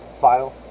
file